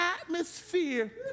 atmosphere